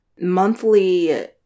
monthly